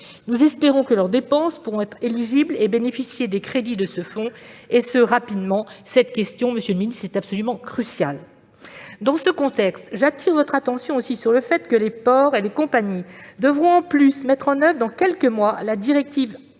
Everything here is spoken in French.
Nous espérons que leurs dépenses pourront être éligibles et bénéficier des crédits de ce fonds, et ce rapidement. Cette question est absolument cruciale ! Dans ce contexte, j'appelle votre attention sur le fait que les ports et compagnies devront, en plus, mettre en oeuvre dans quelques mois la directive